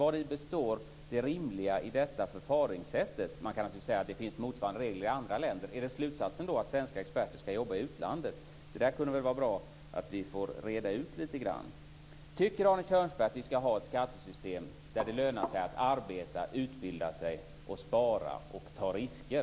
Vari består det rimliga i detta förfaringssätt? Man kan naturligtvis säga att det finns motsvarande regler i andra länder. Är slutsatsen då att svenska experter ska jobba i utlandet? Det kunde vara bra att få reda ut det lite grann. Tycker Arne Kjörnsberg att vi ska ha ett skattesystem där det lönar sig att arbeta, utbilda sig, spara och ta risker?